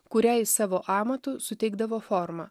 kuriai savo amatu suteikdavo formą